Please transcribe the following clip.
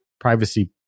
privacy